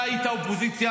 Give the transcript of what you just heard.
אתה היית אופוזיציה,